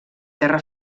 terra